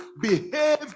behave